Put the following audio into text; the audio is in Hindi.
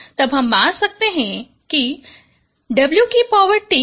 तब हम मान सकते हैं कि WTCW एक क्वाड्रेटिक प्रोडक्ट है